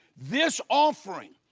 this offering,